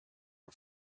her